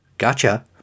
Gotcha